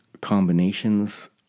combinations